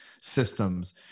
systems